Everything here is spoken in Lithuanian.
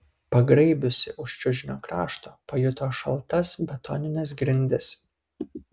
pagraibiusi už čiužinio krašto pajuto šaltas betonines grindis